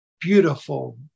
beautiful